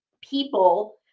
people